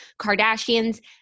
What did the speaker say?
Kardashians